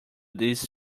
these